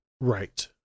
Right